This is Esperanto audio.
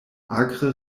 akre